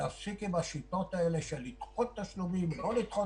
ונפסיק עם השיטות האלה של לדחות תשלומים וכו'.